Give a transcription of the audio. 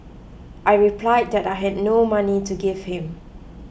I replied that I had no money to give him